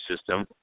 system